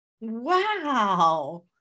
Wow